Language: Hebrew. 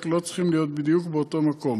לא צריכים להיות בדיוק באותו מקום,